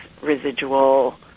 residual